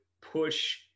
push –